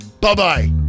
Bye-bye